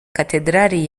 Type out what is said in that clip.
cathedrale